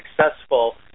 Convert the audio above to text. successful